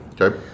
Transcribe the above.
Okay